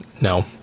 no